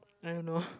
I don't know